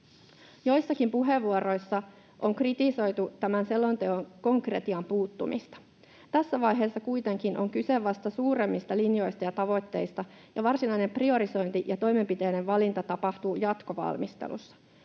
Joissakin puheenvuoroissa on kritisoitu tämän selonteon konkretian puuttumista. Tässä vaiheessa kuitenkin on kyse vasta suuremmista linjoista ja tavoitteista, ja varsinainen priorisointi ja toimenpiteiden valinta tapahtuu jatkovalmistelussa.